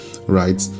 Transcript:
right